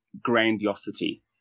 grandiosity